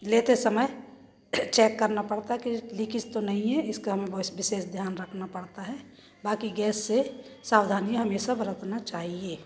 लेते समय चेक करना पड़ता है कि लीकेज तो नहीं है इसका हमें विशेष ध्यान रखना पड़ता है बाक़ी गैस से सावधानी हमेशा बरतना चाहिए